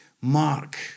Mark